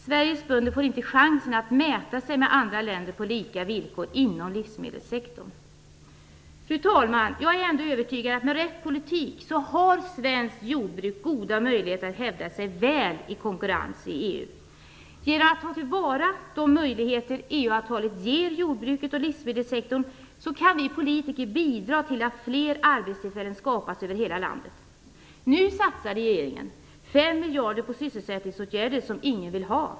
Sveriges bönder får inte chansen att mäta sig med andra länder på lika villkor inom livsmedelssektorn. Fru talman! Jag är ändå övertygad om att svenskt jordbruk med rätt politik har goda möjligheter att hävda sig väl i konkurrens inom EU. Genom att ta till vara de möjligheter EU-avtalet ger jordbruket och livsmedelssektorn kan vi politiker bidra till att fler arbetstillfällen skapas över hela landet. Nu satsar regeringen 5 miljarder på sysselsättningsåtgärder som ingen vill ha.